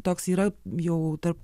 toks yra jau tarp